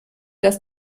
dass